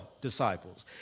disciples